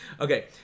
Okay